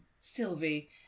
Sylvie